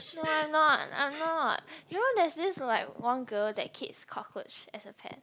no I'm not I'm not you know there's this like one girl that keeps cockroach as her pet